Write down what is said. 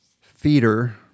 feeder